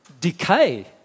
decay